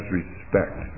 respect